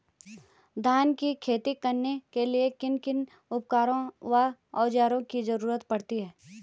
धान की खेती करने के लिए किन किन उपकरणों व औज़ारों की जरूरत पड़ती है?